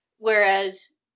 Whereas